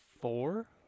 four